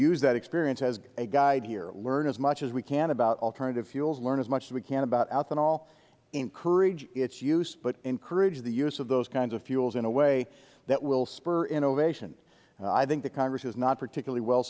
use that experience as a guide here learn as much as we can about alternative fuels learn as much as we can about ethanol encourage its use but encourage the use of those kinds of fuels in a way that will spur innovation i think the congress is not particularly well